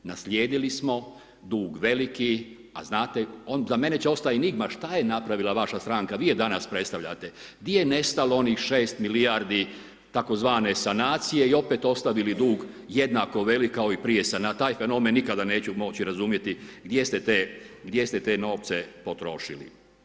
Naslijedili smo dug veliki, a znate on za mene će ostati enigma šta je napravila vaša stranka, vi je danas predstavljate, di je nestalo onih 6 milijardi tzv. sanacije i opet ostavili dug jednako velik kao i prije, taj fenomen nikada neću moći razumjeti, gdje ste te novce potrošili.